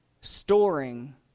storing